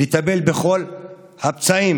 לטפל בכל הפצעים,